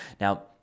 Now